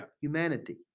humanity